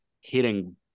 hitting